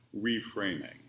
reframing